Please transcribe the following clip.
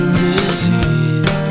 disease